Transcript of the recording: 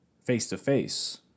face-to-face